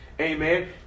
Amen